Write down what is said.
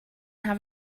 have